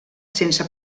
sense